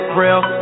real